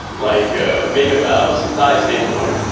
like makerdao's dai stablecoin